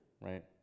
right